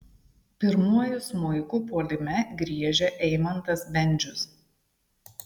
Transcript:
pirmuoju smuiku puolime griežia eimantas bendžius